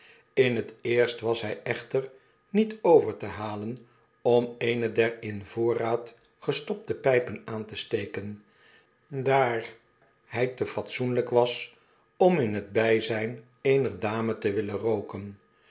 in het eerst was hy echter niet overte halen om eene der in voorraad gestopte pijpen aan te steken daar hy te fatsoenlyk was om in het bijzyn eener dame te willen rooken